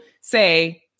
say